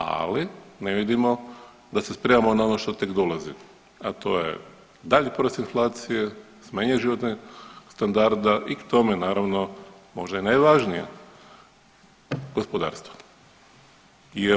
Ali ne vidimo da se spremamo na ono što tek dolazi, a to je dalji porast inflacije, smanjenje životnog standarda i k tome naravno možda i najvažnije gospodarstva.